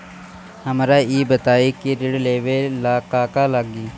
हमरा ई बताई की ऋण लेवे ला का का लागी?